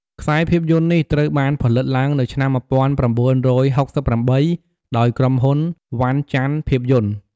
ខ្សែភាពយន្តនេះត្រូវបានផលិតឡើងនៅឆ្នាំ ១៩៦៨ ដោយក្រុមហ៊ុន វណ្ណចន្ទភាពយន្ត ។